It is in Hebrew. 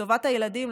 לטובת הילדים,